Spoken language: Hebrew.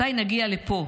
מתי נגיע לפה,